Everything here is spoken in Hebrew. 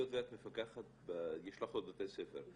היות ואת מפקחת, יש לך עוד בתי ספר.